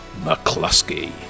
McCluskey